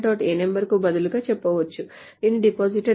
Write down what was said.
ano కు బదులుగా చెప్పవచ్చు మీరు depositor